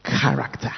character